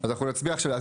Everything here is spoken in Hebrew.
אז אנחנו נצביע עכשיו.